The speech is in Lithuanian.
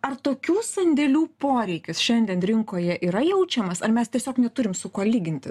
ar tokių sandėlių poreikis šiandien rinkoje yra jaučiamas ar mes tiesiog neturim su kuo lyginti